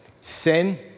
Sin